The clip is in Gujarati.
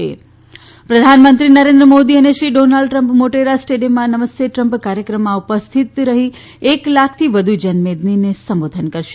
પ્રધાનમંત્રી નરેન્દ્ર મોદી અને શ્રી ડોનાલ્ડ ટ્રમ્પ મોટેરા સ્ટેડિયમમાં નમસ્તે ટ્રમ્પ કાર્યક્રમમાં ઉપસ્થિત એક લાખથી વધુ જનમેદનીને સંબોધન કરશે